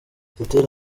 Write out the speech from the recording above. teteri